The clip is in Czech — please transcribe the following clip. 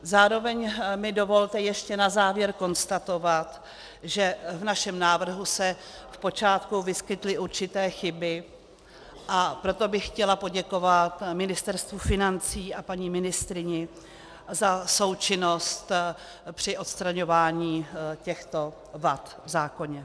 Zároveň mi dovolte ještě na závěr konstatovat, že v našem návrhu se v počátku vyskytly určité chyby, a proto bych chtěla poděkovat Ministerstvu financí a paní ministryni za součinnost při odstraňování těchto vad v zákoně.